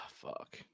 fuck